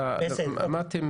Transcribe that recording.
בסדר.